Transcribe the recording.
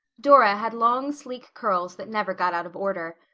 dora had long sleek curls that never got out of order.